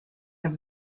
have